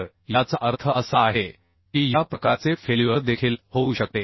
तर याचा अर्थ असा आहे की या प्रकारचे फेल्युअर देखील होऊ शकते